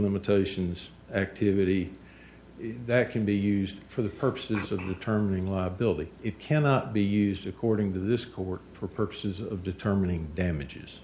limitations activity that can be used for the purposes of the term liability it cannot be used according to this court for purposes of determining damages